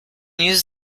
use